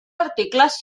articles